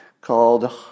called